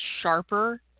sharper